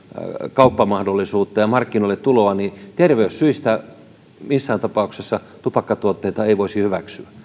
kauppamahdollisuutta ja markkinoille tuloa niin terveyssyistä tupakkatuotteita ei missään tapauksessa voisi hyväksyä